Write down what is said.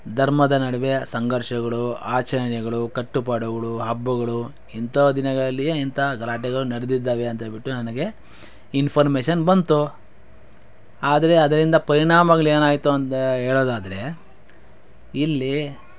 ಧರ್ಮದ ನಡುವೆ ಸಂಘರ್ಷಗಳು ಆಚರಣೆಗಳು ಕಟ್ಟುಪಾಡುಗಳು ಹಬ್ಬಗಳು ಇಂತಹ ದಿನಗಳಲ್ಲಿ ಇಂತಹ ಗಲಾಟೆಗಳು ನಡೆದಿದ್ದಾವೆ ಅಂತ ಹೇಳ್ಬಿಟ್ಟು ನನಗೆ ಇನ್ಫಾರ್ಮೇಷನ್ ಬಂತು ಆದರೆ ಅದರಿಂದ ಪರಿಣಾಮಗಳು ಏನಾಯಿತು ಅಂತ ಹೇಳೊದಾದ್ರೆ ಇಲ್ಲಿ